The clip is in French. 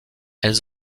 elles